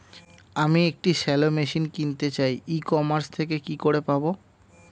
আমি একটি shallow machine কিনতে চাই ই কমার্স থেকে কি করে পাবো?